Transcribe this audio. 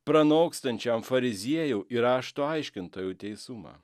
pranokstančiam fariziejų ir rašto aiškintojų teisumą